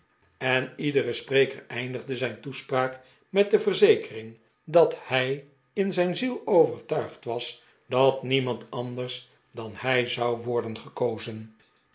en iedere spreker eindigde zijn toespraak met de verzekering dat hij in zijn ziel overtuigd was dat niemand anders dan hij zou worderi gekozen